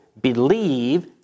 believe